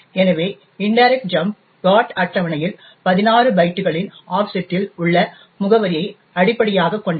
எனவே indirect jump GOT அட்டவணையில் 16 பைட்டுகளின் ஆஃப்செட்டில் உள்ள முகவரியை அடிப்படையாகக் கொண்டது